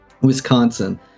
Wisconsin